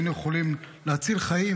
היינו יכולים להציל חיים,